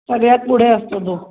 सगळ्यात पुढे असतो तो